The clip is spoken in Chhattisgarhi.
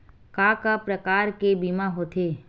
का का प्रकार के बीमा होथे?